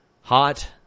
Hot